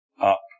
up